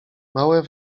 małe